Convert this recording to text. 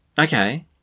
Okay